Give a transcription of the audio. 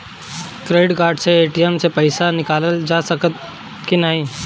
Credit card से ATM से पइसा निकाल सकल जाला की नाहीं?